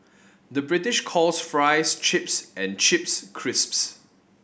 the British calls fries chips and chips crisps